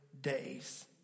days